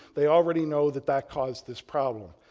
they already know that that caused this problem.